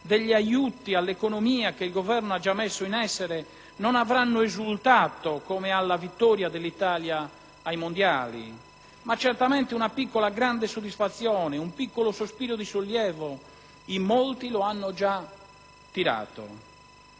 degli aiuti all'economia che il Governo ha già messo in essere, non avranno esultato come alla vittoria dell'Italia ai Mondiali; ma certamente una piccola-grande soddisfazione, un piccolo sospiro di sollievo in molti lo hanno già tirato.